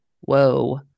Whoa